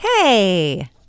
Hey